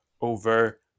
over